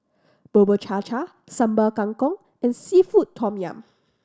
Bubur Cha Cha Sambal Kangkong and seafood tom yum